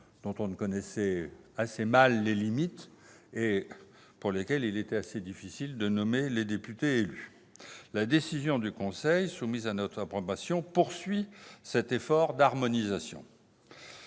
dont on connaissait assez mal les limites et pour lesquelles il était assez difficile de nommer les députés élus. La décision du Conseil soumise à notre approbation poursuit cet effort d'harmonisation.